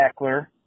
Eckler